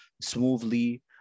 smoothly